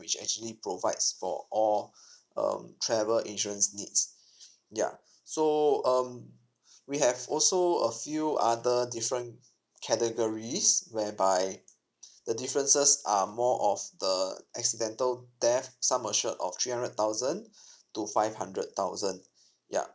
which actually provides for all um travel insurance needs ya so um we have also a few other different categories whereby the differences are more of the accidental death sum assured of three hundred thousand to five hundred thousand ya